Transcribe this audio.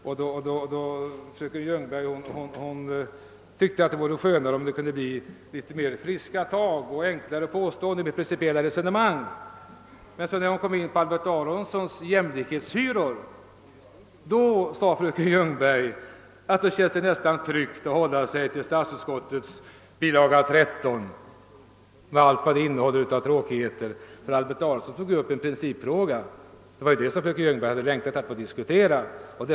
Fröken Ljungberg tyckte att det skulle vara skönare med litet mera friska tag och enklare påståenden än med principiella resonemang, men när hon sedan talade om Albert Aronsons jämlikhetshyror sade hon att det kändes ganska tryggt att hålla sig till bilaga 13 i statsverkspropositionen med allt vad den innehåller av tråkigheter. Men Albert Aronson tog ju upp en principfråga, och det var det som fröken Ljungberg längtade efter att få diskutera.